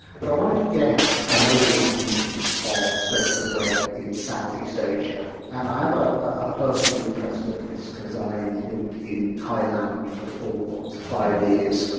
but i wanted to get an overview of the state of the web in south east asia and i have a personal interest in this because i lived in thailand for four to five years,